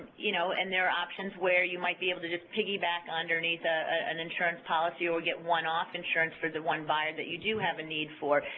you know and there are options where you might be able to just piggyback underneath an insurance policy or get one-off insurance for the one buyer that you do have a need for.